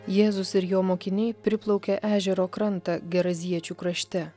jėzus ir jo mokiniai priplaukia ežero krantą geraziečių krašte